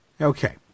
Okay